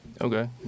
Okay